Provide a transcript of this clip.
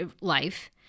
life